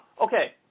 Okay